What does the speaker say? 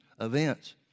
events